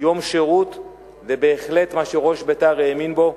יום שירות, זה בהחלט מה שראש בית"ר האמין בו.